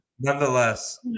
Nonetheless